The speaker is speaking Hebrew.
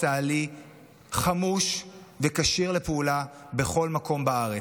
צה"לי חמוש וכשיר לפעולה בכל מקום בארץ.